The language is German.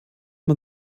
man